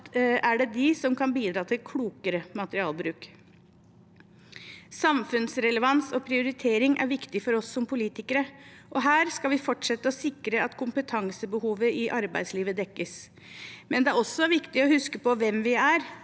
er det de som kan bidra til klokere materialbruk. Samfunnsrelevans og prioritering er viktig for oss som politikere. Og her skal vi fortsette å sikre at kompetansebehovet i arbeidslivet dekkes. Men det er også viktig å huske på hvem vi er,